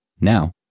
Now